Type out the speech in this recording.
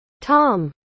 Tom